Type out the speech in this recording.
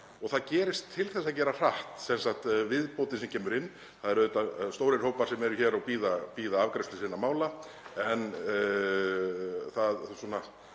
og það gerist til þess að gera hratt, þ.e. viðbótin sem kemur inn. Það eru auðvitað stórir hópar sem eru hér og bíða afgreiðslu sinna mála en það hægir